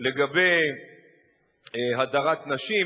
לגבי הדרת נשים,